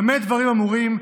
במה דברים אמורים,